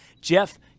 Jeff